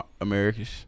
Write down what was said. America's